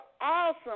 awesome